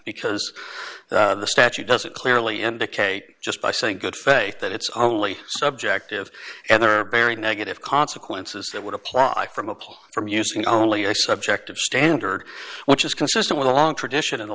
because the statute doesn't clearly indicate just by saying good faith that it's only subjective and there are very negative consequences that would apply from a pool from using only a subjective standard which is consistent with a long tradition in the